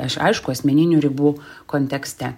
aš aišku asmeninių ribų kontekste